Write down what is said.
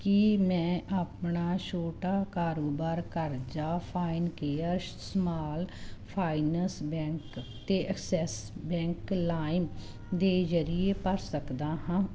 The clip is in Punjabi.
ਕੀ ਮੈਂ ਆਪਣਾ ਛੋਟਾ ਕਾਰੋਬਾਰ ਕਰਜ਼ਾ ਫਿਨਕੇਅਰ ਸਮਾਲ ਫਾਈਨਾਂਸ ਬੈਂਕ ਅਤੇ ਐਕਸਿਸ ਬੈਂਕ ਲਾਇਮ ਦੇ ਜਰੀਏ ਭਰ ਸਕਦਾ ਹਾਂ